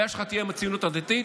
הבעיה שלך תהיה עם הציונות הדתית,